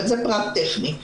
אבל זה פרט טכני.